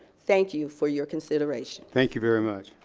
thank you for your consideration. thank you very much.